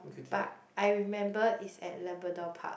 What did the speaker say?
but I remember is at Labrador park